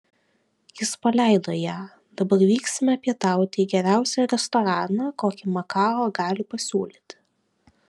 jis paleido ją dabar vyksime pietauti į geriausią restoraną kokį makao gali pasiūlyti